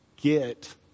get